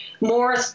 more